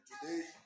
today